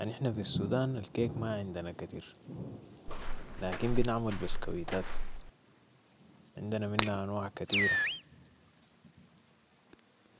انحن في السودان الكيك ما عندنا كتير لكن بنعمل بسكويتات عندنا منها انواع كتيرة